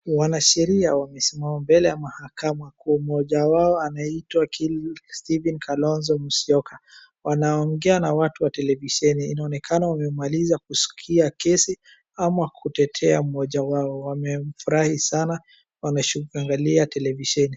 Wanasheria wamesimama mbele ya mahakama, kwa mmoja wao anaitwa Kelvin Stephen Kalonzo Musyoka. Wanaongea na watu wa televisheni. Inaonekana wamemaliza kuskia kesi, ama kutetea mmoja wao. Wamefurahi sana, wameangalia televisheni.